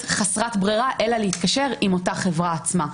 חסרת ברירה אלא להתקשר עם אותה חברה עצמה,